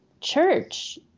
church